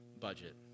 budget